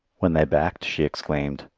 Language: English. when they backed she exclaimed,